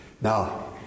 Now